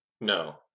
No